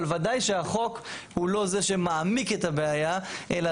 אבל ודאי שהחוק הוא לא זה שמעמיק את הבעיה אלא